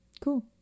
cool